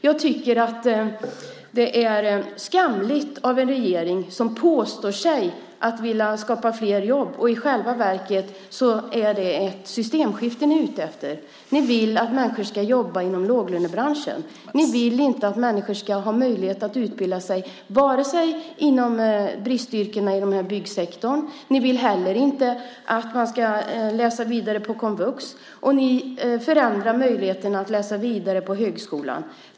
Jag tycker att det är skamligt av en regering att påstå sig vilja skapa fler jobb när det i själv verket är ett systemskifte ni är ute efter. Ni vill att människor ska jobba inom låglönebranschen. Ni vill inte att människor ska ha möjlighet att utbilda sig inom bristyrkena i byggsektorn. Ni vill inte heller att människor ska läsa vidare på komvux. Ni förändrar möjligheten att läsa vidare på högskolan.